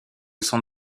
son